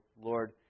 Lord